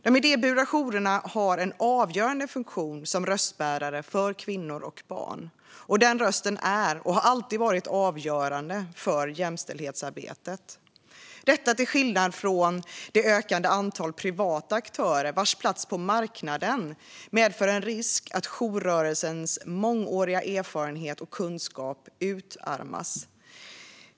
De idéburna jourerna har en avgörande funktion som röstbärare för kvinnor och barn. Den rösten är och har alltid varit avgörande för jämställdhetsarbetet, detta till skillnad från det ökande antalet privata aktörer, vars plats på "marknaden" medför en risk för att jourrörelsens mångåriga erfarenhet och kunskap utarmas.